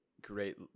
great